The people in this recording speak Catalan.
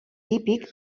típic